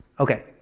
Okay